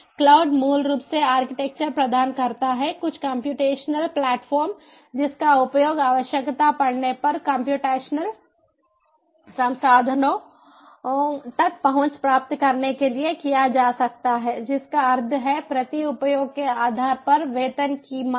cloud मूल रूप से आर्किटेक्चर प्रदान करता है कुछ कम्प्यूटेशनल प्लेटफ़ॉर्म जिसका उपयोग आवश्यकता पड़ने पर कम्प्यूटेशनल संसाधनों तक पहुँच प्राप्त करने के लिए किया जा सकता है जिसका अर्थ है प्रति उपयोग के आधार पर वेतन की मांग